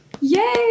Yay